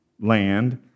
land